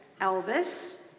Elvis